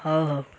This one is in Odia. ହଉ ହଉ